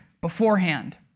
beforehand